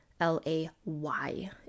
L-A-Y